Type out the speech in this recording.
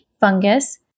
Fungus